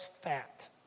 fat